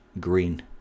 green